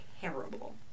terrible